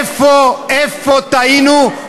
איפה טעינו,